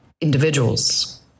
individuals